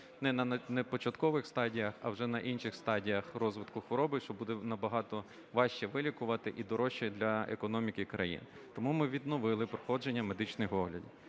на початкових стадіях, а вже на інших стадіях розвитку хвороби, що буде набагато важче вилікувати і дорожче для економіки країни. Тому ми відновили проходження медичних оглядів.